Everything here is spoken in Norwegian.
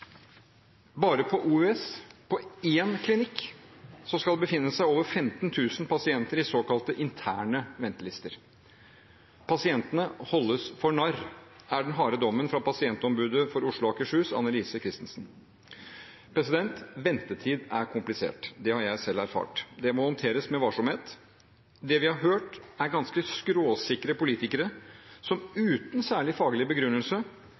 Bare på Oslo universitetssykehus, OUS, på én klinikk, skal det befinne seg over 15 000 pasienter i såkalte interne ventelister. Pasientene holdes for narr, er den harde dommen fra pasientombudet for Oslo og Akershus, Anne-Lise Kristensen. Ventetid er komplisert – det har jeg selv erfart. Det må håndteres med varsomhet. Det vi har hørt, er ganske skråsikre politikere som uten særlig faglig begrunnelse